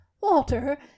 walter